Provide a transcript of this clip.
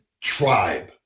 tribe